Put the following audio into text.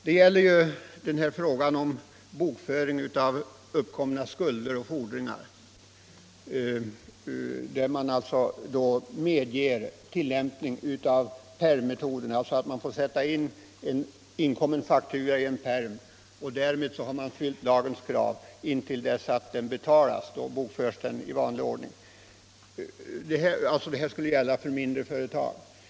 Det gäller bokföring av uppkomna skulder och fordringar där man medger tillämpning av den s.k. pärmmetoden, dvs. man får sätta in en inkommen faktura i en pärm intill dess fakturan betalats; då bokförs den i vanlig ordning och därmed har man uppfyllt lagens krav. Detta skulle gälla mindre företag.